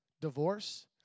divorce